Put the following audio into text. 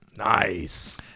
Nice